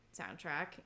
soundtrack